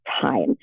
time